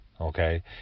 Okay